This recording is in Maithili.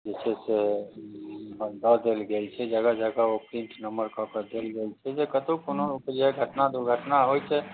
जे छै से दऽ देल गेल छै जगह जगह ओ ओ फीड नम्बर कऽ कऽ देल गेल छै जे कतहु कोनो अप्रिय घटना दुर्घटना होइ छै